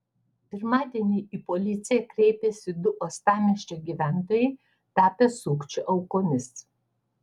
pirmadienį į policiją kreipėsi du uostamiesčio gyventojai tapę sukčių aukomis